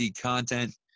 Content